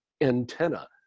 antenna